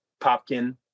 Popkin